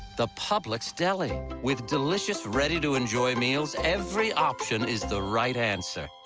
the publix deli. with delicious, ready to enjoy meals. every option is the right answer.